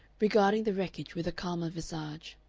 regarding the wreckage with a calmer visage.